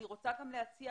אני רוצה גם להציע,